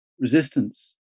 resistance